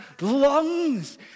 lungs